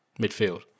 midfield